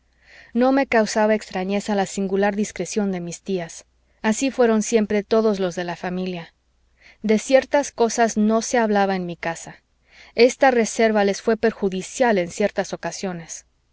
no me causaba extrañeza la singular discreción de mis tías así fueron siempre todos los de la familia de ciertas cosas no se hablaba en mi casa esta reserva les fué perjudicial en ciertas ocasiones